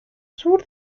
sur